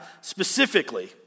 specifically